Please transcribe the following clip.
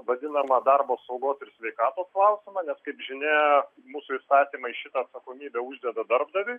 vadinamą darbo saugos ir sveikatos klausimą nes kaip žinia mūsų įstatymai šitą atsakomybę uždeda darbdaviui